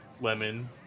Lemon